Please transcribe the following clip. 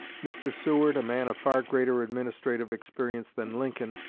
mr. seward, a man of far greater administrative experience than lincoln,